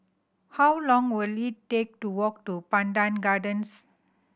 how long will it take to walk to Pandan Gardens